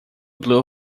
blue